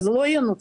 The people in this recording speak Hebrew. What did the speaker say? אז לא ינוצלו.